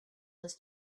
was